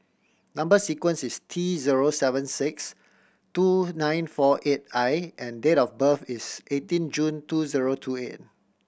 number sequence is T zero seven six two nine four eight I and date of birth is eighteen June two zero two eight